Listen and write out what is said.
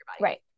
Right